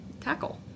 tackle